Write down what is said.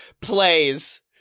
plays